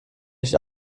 nicht